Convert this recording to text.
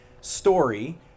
story